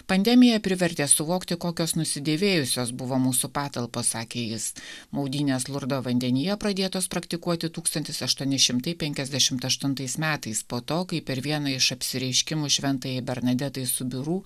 pandemija privertė suvokti kokios nusidėvėjusios buvo mūsų patalpos sakė jis maudynės lurdo vandenyje pradėtos praktikuoti tūkstantis aštuoni šimtai penkiasdešimt aštuntais metais po to kai per vieną iš apsireiškimų šventajai bernadetai subiru